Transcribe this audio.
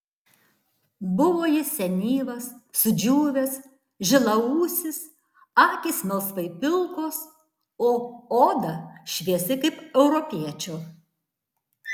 buvo jis senyvas sudžiūvęs žilaūsis akys melsvai pilkos o oda šviesi kaip europiečio